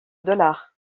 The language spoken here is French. dollars